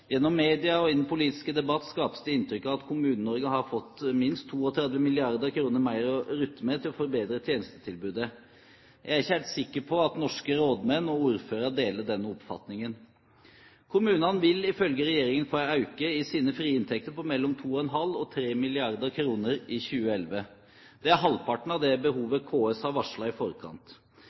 Gjennom media og i den politiske debatt skapes det et inntrykk av at Kommune-Norge har fått minst 32 mrd. kr mer å rutte med til å forbedre tjenestetilbudet. Jeg er ikke helt sikker på om norske rådmenn og ordførere deler denne oppfatningen. Kommunene vil ifølge regjeringen få en økning i sine frie inntekter på mellom 2,5 og 3 mrd. kr i 2011. Det er halvparten av det behovet som KS varslet i forkant.